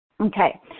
Okay